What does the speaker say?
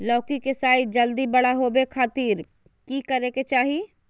लौकी के साइज जल्दी बड़ा होबे खातिर की करे के चाही?